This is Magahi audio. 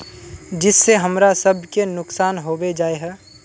जिस से हमरा सब के नुकसान होबे जाय है?